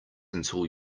until